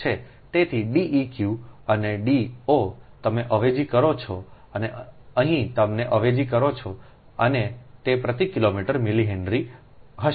તેથી D eq અને D O તમે અવેજી કરો છો અહીં તમે અવેજી કરો છો અને તે પ્રતિ કિલોમીટર મિલિહેનરી હશે